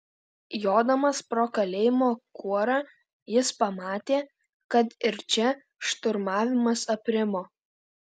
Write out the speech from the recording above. jodamas pro kalėjimo kuorą jis pamatė kad ir čia šturmavimas aprimo